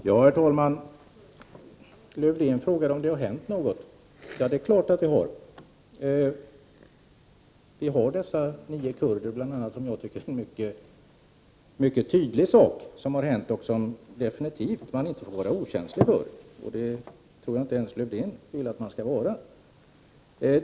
Herr talman! Lövdén frågade om det har hänt något. Det är klart att det har! Vi har bl.a. dessa nio kurder. Det är en mycket tydlig sak som har hänt och som man, tycker jag, inte får vara okänslig för — det tror jag inte ens Lövdén vill att man skall vara.